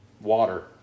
water